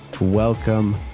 welcome